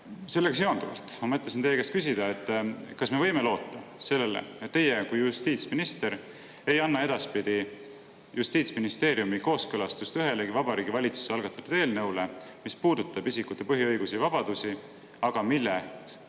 Sellega seonduvalt ma mõtlesin teie käest küsida, kas me võime loota sellele, et teie kui justiitsminister ei anna edaspidi Justiitsministeeriumi kooskõlastust ühelegi Vabariigi Valitsuse algatatud eelnõule, mis puudutab isikute põhiõigusi ja -vabadusi, aga mille